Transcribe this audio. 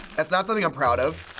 that's not something i'm proud of,